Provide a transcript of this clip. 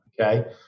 okay